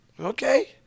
okay